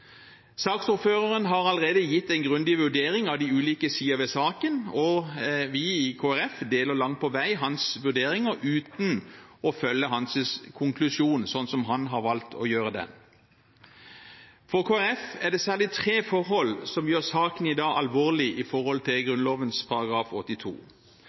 Saksordføreren har allerede gitt en grundig vurdering av de ulike sider ved saken, og vi i Kristelig Folkeparti deler langt på vei hans vurderinger, uten å følge hans konklusjon, slik han har valgt å gjøre det. For Kristelig Folkeparti er det særlig tre forhold som gjør saken i dag alvorlig med hensyn til Grunnloven § 82.